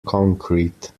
concrete